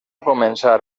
començar